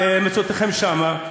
על הימצאותכם שם,